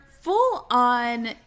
full-on